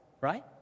right